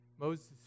Moses